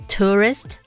Tourist